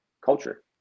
culture